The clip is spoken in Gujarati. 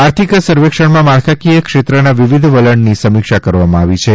આર્થિક સર્વેક્ષણમાં માળખાંકીય ક્ષેત્રનાં વિવિધ વલણની સમીક્ષા કરવામાં આવી છે